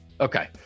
Okay